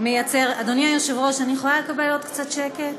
אדוני היושב-ראש, אני יכולה לקבל עוד קצת שקט?